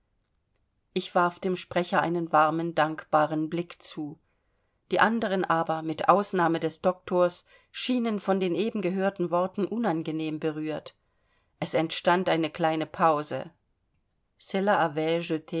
ich warf dem sprecher einen warmen dankbaren blick zu die anderen aber mit ausnahme des doktors schienen von den eben gehörten worten unangenehm berührt es entstand eine kleine pause